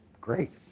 great